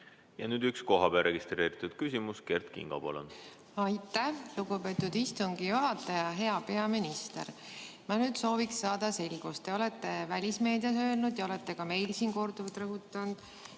Ja nüüd üks kohapeal registreeritud küsimus. Kert Kingo, palun! Aitäh, lugupeetud istungi juhataja! Hea peaminister! Ma sooviksin saada selgust. Te olete välismeedias öelnud ja olete ka meil siin korduvalt rõhutanud,